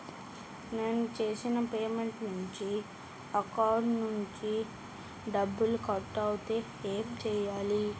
నేను చేసిన పేమెంట్ అవ్వకుండా అకౌంట్ నుంచి డబ్బులు కట్ అయితే ఏం చేయాలి?